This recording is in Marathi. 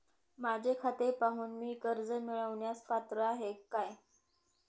माझे खाते पाहून मी कर्ज मिळवण्यास पात्र आहे काय?